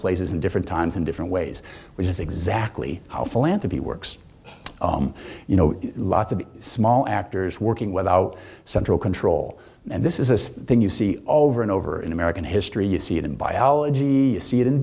different times in different ways which is exactly how philanthropy works you know lots of small actors working without central control and this is a thing you see over and over in american history you see it in biology see i